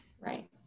Right